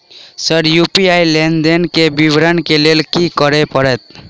Sir UPI लेनदेन केँ विवरण केँ लेल की करऽ परतै?